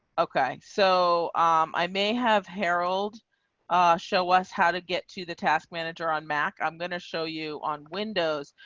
okay, so i may have harold ah show us how to get to the task manager on mac. i'm going to show you on windows,